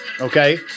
Okay